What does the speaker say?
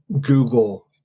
Google